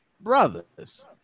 Brothers